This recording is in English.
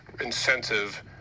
incentive